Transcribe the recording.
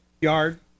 yard